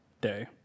day